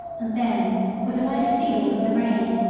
and then with a light feel of the rein,